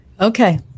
Okay